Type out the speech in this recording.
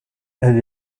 elle